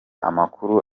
amakuru